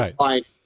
right